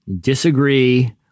disagree